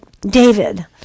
David